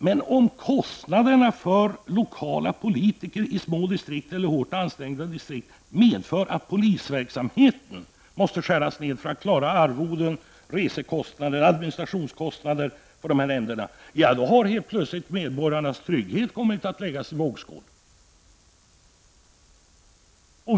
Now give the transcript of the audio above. Men om kostnaderna för lokala politiker i små distrikt eller hårt ansträngda distrikt medför att polisverksamheten måste skäras ner för att klara arvoden, resekostnader och administrationskostnader för dessa nämnder har helt plötsligt medborgarnas trygghet kommit att läggas i vågskål.